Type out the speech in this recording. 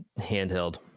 handheld